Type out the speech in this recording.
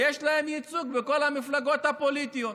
ויש להם ייצוג בכל המפלגות הפוליטיות,